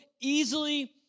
easily